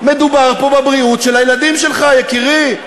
מדובר פה בבריאות של הילדים שלך, יקירי.